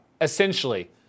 Essentially